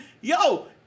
Yo